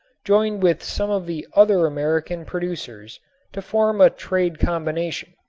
joined with some of the other american producers to form a trade combination,